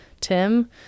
Tim